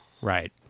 Right